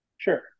Sure